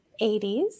80s